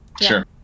Sure